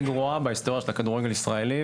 גרועה בהיסטוריה של הכדורגל הישראלי,